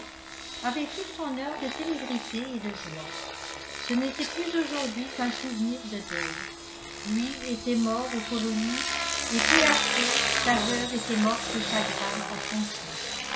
avait eu son heure de célébrité et de joie ce n'était plus aujourd'hui qu'un souvenir de deuil lui était mort aux colonies et peu après sa veuve était morte de chagrin à son tour